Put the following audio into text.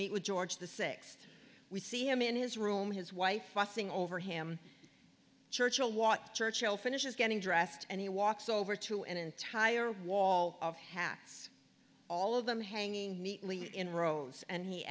meet with george the sixth we see him in his room his wife fussing over him churchill want churchill finishes getting dressed and he walks over to an entire wall of hats all of them hanging neatly in rows and he